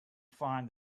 find